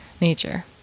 Nature